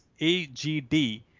AGD